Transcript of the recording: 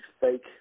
fake